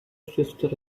sister